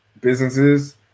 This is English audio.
businesses